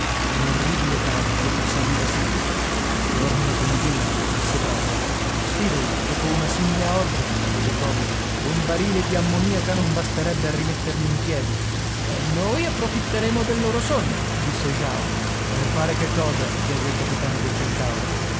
un orribile tanfo saliva sempre dormono come ghiri disse brandok sfido io dopo una simile orgia rispose toby un barile di ammoniaca non basterebbe a rimetterli in piedi e noi approfitteremo del loro sonno disse jao per fare che cosa chiese il capitano del centauro